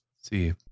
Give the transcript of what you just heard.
see